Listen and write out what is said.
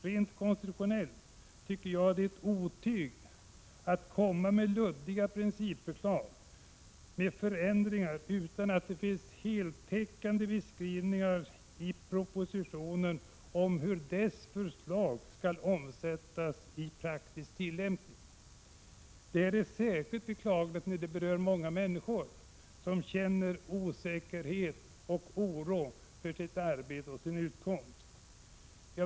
Rent konstitutionellt är det ett otyg att att komma med luddiga principförslag med ändringar utan att det finns en heltäckande beskrivning i propositionen av hur dess förslag skall omsättas i praktisk tillämpning. Detta är särskilt beklagligt när det rör många människor, som känner osäkerhet och oro för sitt arbete och sin utkomst.